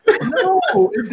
no